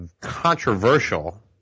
controversial